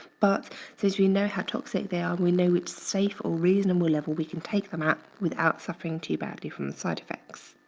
but since we know how toxic they are, we know its safe or reasonable level we can take them out without suffering too badly from the side effects.